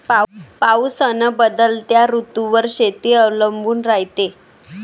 पाऊस अन बदलत्या ऋतूवर शेती अवलंबून रायते